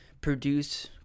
produce